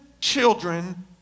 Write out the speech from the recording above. children